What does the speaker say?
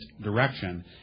direction